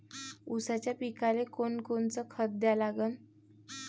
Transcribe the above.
ऊसाच्या पिकाले कोनकोनचं खत द्या लागन?